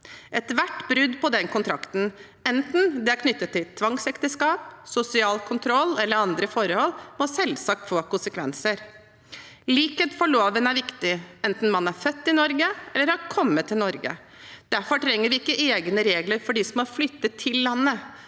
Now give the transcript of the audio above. Ethvert brudd på den kontrakten, enten det er knyttet til tvangsekteskap, sosial kontroll eller andre forhold, må selvsagt få konsekvenser. Likhet for loven er viktig, enten man er født i Norge eller er kommet til Norge. Derfor trenger vi ikke egne regler for dem som har flyttet til landet.